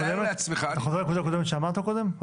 אתה חוזר לנקודה הקודמת שאמרת קודם?